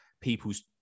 people's